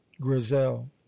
grizel